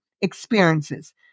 experiences